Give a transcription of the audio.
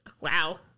wow